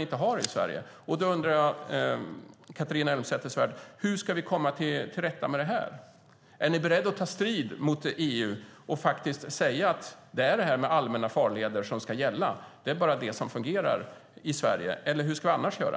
inte får ha det så i Sverige. Hur ska vi då komma till rätta med detta, Catharina Elmsäter-Svärd? Är ni beredda att ta strid mot EU och säga att det är det här med allmänna farleder som ska gälla, att det bara är det som fungerar i Sverige? Eller hur ska vi annars göra?